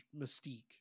mystique